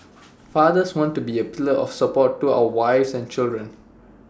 fathers want to be A pillar of support to our wives and children